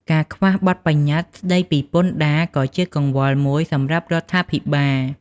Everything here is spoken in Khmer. ការខ្វះបទប្បញ្ញត្តិស្តីពីពន្ធដារក៏ជាកង្វល់មួយសម្រាប់រដ្ឋាភិបាល។